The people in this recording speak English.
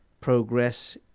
progress